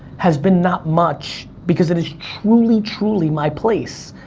has been not much because it is truly, truly my place.